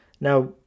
Now